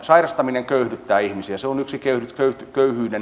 sairastaminen köyhdyttää ihmisiä se on yksi köyhyyden aiheuttaja